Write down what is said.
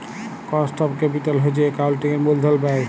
cost of capital হছে একাউল্টিংয়ের মূলধল ব্যায়